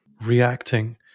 reacting